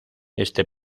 este